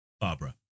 Barbara